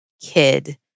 kid